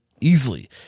Easily